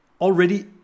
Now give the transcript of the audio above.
already